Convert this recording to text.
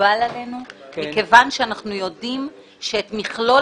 מקובל עלינו מכיוון שאנחנו יודעים שאת מכלול